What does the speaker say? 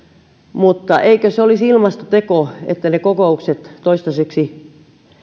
mutta eikö se olisi ilmastoteko että ne kokoukset toistaiseksi